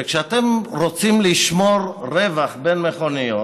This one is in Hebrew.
כשאתם רוצים לשמור רווח בין מכוניות,